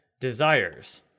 desires